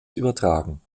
übertragen